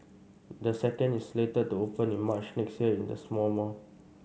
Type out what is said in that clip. the second is slated to open in March next year in the same mall